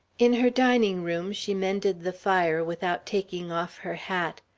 in her dining room she mended the fire without taking off her hat.